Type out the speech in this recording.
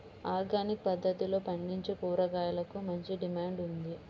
organic పద్దతిలో పండించే కూరగాయలకు మంచి డిమాండ్ ఉంది